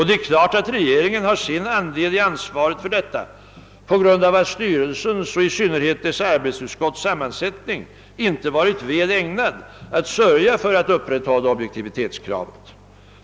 Det är klart att regeringen har sin andel i ansvaret för detta på grund av att styrelsens och i synnerhet dess arbetsutskotts sammansättning inte har varit väl ägnad att sörja för att upprätthålla objektivitetskravet.